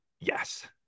Yes